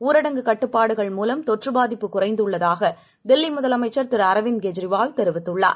ஊரடங்குகட்டுப்பாடுகள்மூலம்தொற்றுபாதிப்புகுறைந்துள்ளதாகதில்லிமுதல மைச்சர்திருஅரவிந்த்கெஜ்ரிவால்தெரிவித்துள்ளார்